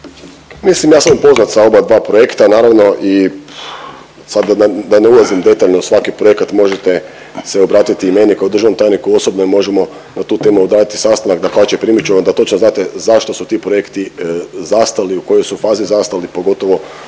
Mislim ja sam upoznat sa obadva projekta naravno i sad da, da ne ulazim detaljno u svaki projekat možete se obratiti i meni kao državnom tajniku osobno i možemo na tu temu odraditi sastanak, dapače …/Govornik se ne razumije./… ću vas da točno znate zašto su ti projekti zastali, u kojoj su fazi zastali, pogotovo